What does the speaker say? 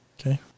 Okay